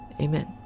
Amen